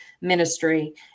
ministry